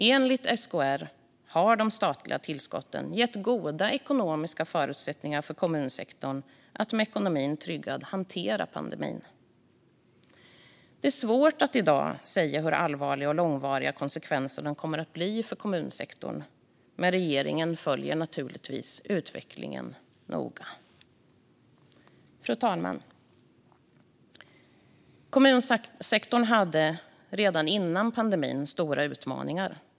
Enligt SKR har de statliga tillskotten gett kommunsektorn goda ekonomiska förutsättningar att med ekonomin tryggad hantera pandemin. Det är svårt att i dag säga hur allvarliga och långvariga konsekvenserna kommer att bli för kommunsektorn. Men regeringen följer utvecklingen noga. Fru talman! Kommunsektorn hade redan före pandemin stora utmaningar.